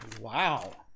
Wow